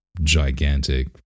gigantic